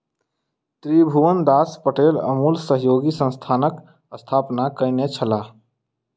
त्रिभुवनदास पटेल अमूल सहयोगी संस्थानक स्थापना कयने छलाह